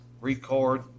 record